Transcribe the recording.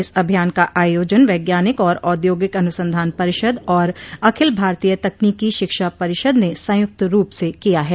इस अभियान का आयोजन वैज्ञानिक और औद्योगिक अनुसंधान परिषद और अखिल भारतीय तकनीकी शिक्षा परिषद ने संयुक्त रूप से किया है